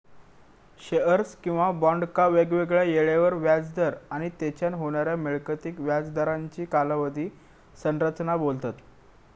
shares किंवा बॉन्डका वेगवेगळ्या येळेवर व्याज दर आणि तेच्यान होणाऱ्या मिळकतीक व्याज दरांची कालावधी संरचना बोलतत